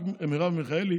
רק מרב מיכאלי